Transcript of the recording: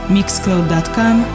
Mixcloud.com